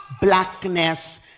blackness